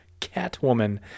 Catwoman